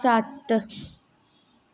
सत्त